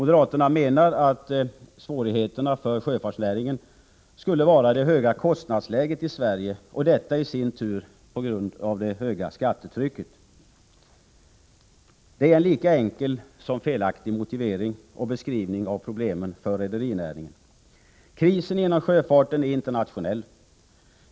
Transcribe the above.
De menar att svårigheten för sjöfartsnäringen skulle vara det höga kostnadsläget i Sverige, vilket i sin tur beror på det höga skattetrycket. Det är en lika enkel som felaktig motivering och beskrivning av problemen för rederinäringen. Krisen inom sjöfarten är internationell.